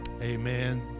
amen